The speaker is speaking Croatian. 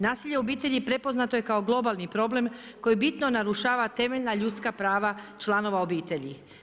Nasilje u obitelji prepoznato je kao globalni problem koji bitno narušava temeljna ljudska prava članova obitelji.